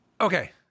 Okay